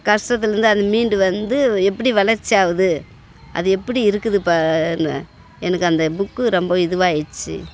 கஷ்டத்துலேருந்து அது மீண்டு வந்து எப்படி வளர்ச்சி ஆகுது அது எப்படி இருக்குது பாருன்னு எனக்கு அந்த புக்கு ரொம்ப இதுவாகிடுச்சு